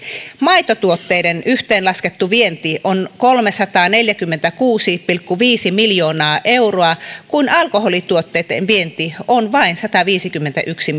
maitotuotteiden yhteenlaskettu vienti on kolmesataaneljäkymmentäkuusi pilkku viisi miljoonaa euroa kun alkoholituotteitten vienti on vain sataviisikymmentäyksi